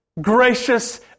gracious